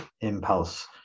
impulse